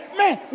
man